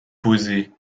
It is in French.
poser